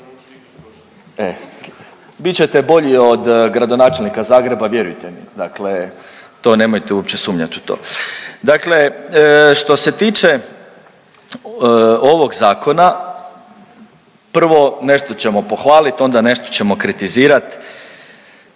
Bit ćete bolji od gradonačelnika Zagreba vjerujte mi, dakle to nemojte uopće sumnjat u to. Dakle, što se tiče ovog zakona prvo nešto ćemo pohvalit, onda nešto ćemo kritizirat